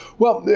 well,